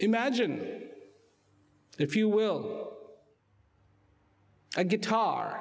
imagine if you will a guitar